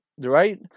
right